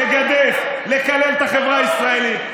לגדף ולקלל את החברה הישראלית.